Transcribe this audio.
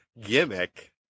gimmick